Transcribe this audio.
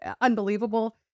unbelievable